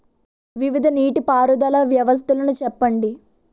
వివిధ నీటి పారుదల వ్యవస్థలను చెప్పండి?